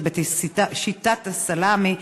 זה בשיטת הסלאמי,